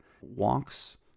walks